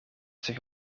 zich